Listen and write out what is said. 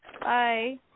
Bye